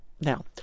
Now